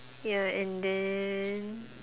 ya and then